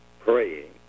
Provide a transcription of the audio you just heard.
praying